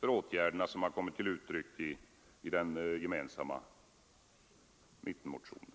för åtgärderna som Onsdagen den den som kommit till uttryck i den gemensamma mittenmotionen.